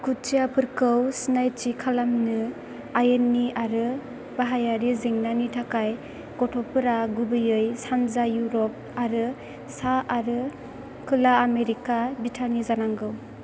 दुखुथियाफोरखौ सिनायथि खालामनो आयेननि आरो बाहायारि जेंनानि थाखाय गथ'फोरा गुबैयै सानजा इउरप आरो सा आरो खोला आमेरिका बिथानि जानांगौ